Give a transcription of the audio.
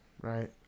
right